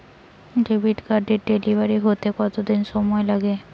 Credit কার্ডের delivery হতে কতদিন সময় লাগে?